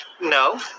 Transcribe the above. No